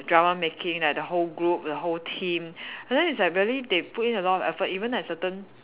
drama making like the whole group the whole team and then it's like very they put in a lot of effort even like certain